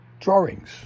drawings